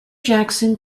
jackson